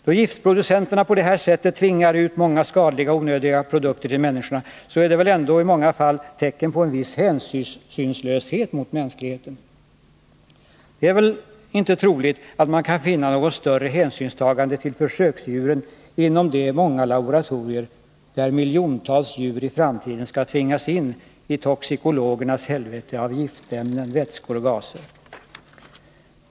Då giftproducenterna på detta sätt tvingar ut många skadliga och onödiga produkter till människorna, så är det väl ändå i många fall tecken på viss hänsynslöshet mot mänskligheten. Det är väl inte troligt att man kan finna något större hänsynstagande till försöksdjuren inom de många laboratorier där miljontals djur i framtiden skall tvingas in i toxikologernas helvete av giftämnen, vätskor och gaser?